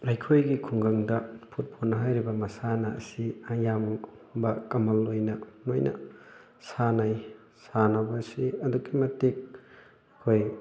ꯑꯩꯈꯣꯏꯒꯤ ꯈꯨꯡꯒꯪꯗ ꯐꯨꯠꯕꯣꯜ ꯍꯥꯏꯔꯤꯕ ꯃꯁꯥꯟꯅ ꯑꯁꯤ ꯑꯌꯥꯝꯕ ꯀꯃꯜ ꯑꯣꯏꯅ ꯂꯣꯏꯅ ꯁꯥꯟꯅꯩ ꯁꯥꯟꯅꯕꯁꯤ ꯑꯗꯨꯛꯀꯤ ꯃꯇꯤꯛ ꯑꯩꯈꯣꯏ